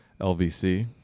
LVC